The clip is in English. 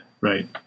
Right